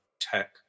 tech